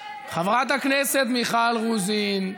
חברת הכנסת מיכל רוזין,